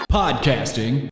podcasting